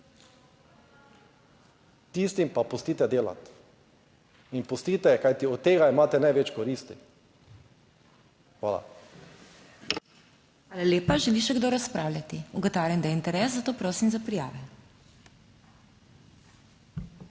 Tistim pa pustite delati in pustite, kajti od tega imate največ koristi. Hvala.